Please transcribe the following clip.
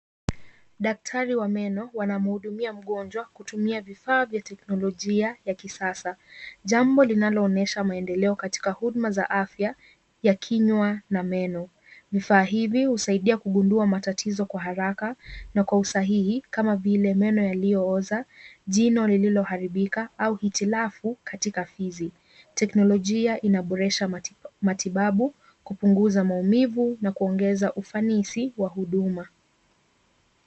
Daktari wa meno wanamhudumia mgonjwa kutumia vifaa vya kiteknolojia ya kisasa jambo linaloonyesha maendeleo katika huduma za afya ya kinywa na meno. Vifaa hivi kusaidia kujua matatizo kwa haraka na kwa usahihi kama vile meno yaliyooza, jino lililoharibila au hitilafu katika fizi. Teknolojia inaboresha matibabu kupunguza maumivu na kuongeza ufanisi wa huduma.